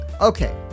Okay